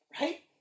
right